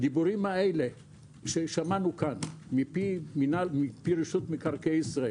הדיבורים האלה ששמענו כאן מפי רשות מקרקעי ישראל,